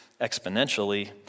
exponentially